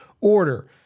order